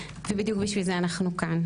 ובדיוק בשביל זה אנחנו כאן,